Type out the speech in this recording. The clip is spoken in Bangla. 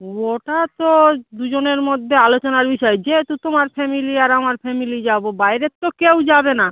ওটা তো দুজনের মধ্যে আলোচনার বিষয় যেহেতু তোমার ফ্যামিলি আর আমার ফ্যামিলি যাবো বাইরের তো কেউ যাবে না